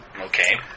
Okay